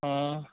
অঁ